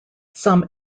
some